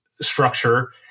structure